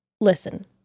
listen